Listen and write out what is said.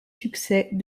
succès